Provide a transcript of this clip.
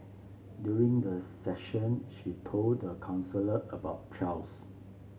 during the session she told the counsellor about Charles